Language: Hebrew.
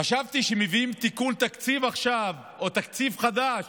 חשבתי שמביאים תיקון תקציב עכשיו או תקציב חדש,